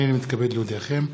הינני מתכבד להודיעכם,